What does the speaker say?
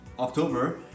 October